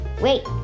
wait